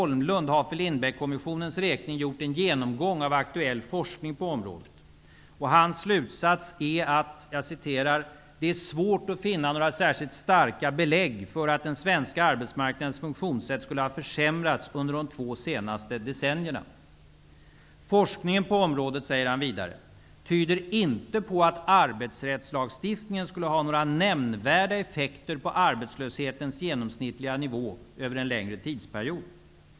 Lindbeckkommissionens räkning gjort en genomgång av aktuell forskning på området. Hans slutsats är att ''det är svårt att finna några särskilt starka belägg för att den svenska arbetsmarknadens funktionssätt skulle ha försämrats under de två senaste decennierna.'' Professor Bertil Holmlund säger vidare: ''Forskningen på området tyder --- inte på att arbetsrättslagstiftningen skulle ha några nämnvärda effekter på arbetslöshetens genomsnittliga nivå över en längre tidsperiod.''